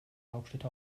hauptstädte